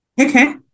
Okay